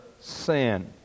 sin